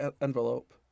envelope